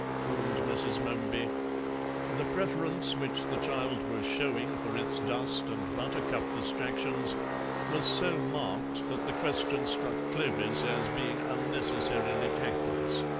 crooned mrs. momeby the preference which the child was showing for its dust and buttercup distractions was so marked that the question struck clovis as being unnecessarily tactless.